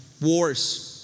wars